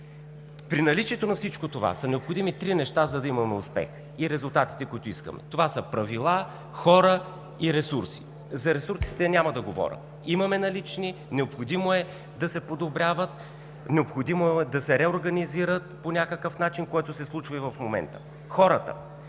При наличието на всичко това са необходими три неща, за да имаме успех и резултати, които искаме. Това са правила, хора и ресурси. За ресурсите няма да говоря – имаме налични, необходимо е да се подобряват, необходимо да се реорганизират по някакъв начин, което се случва и в момента. Хората